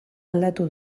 aldatu